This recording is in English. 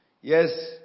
Yes